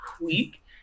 week